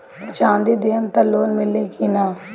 चाँदी देहम त लोन मिली की ना?